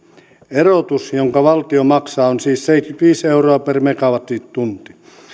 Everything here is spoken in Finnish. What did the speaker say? erotus jonka valtio maksaa on siis seitsemänkymmentäviisi euroa per megawattitunti